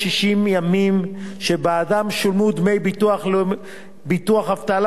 דמי ביטוח אבטלה,